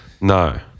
No